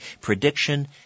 prediction